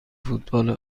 فوتبال